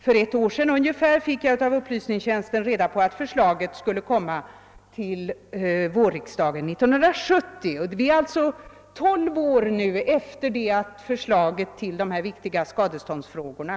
För ungefär ett år sedan fick jag av upplysningstjänsten uppgift om att det förslaget skulle framläggas till vårriksdagen 1970; nu kommer det alltså tolv år efter det att förslag i den viktiga skadeståndsfrågan väcktes.